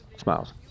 Smiles